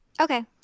Okay